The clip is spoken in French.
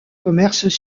commerces